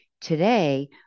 Today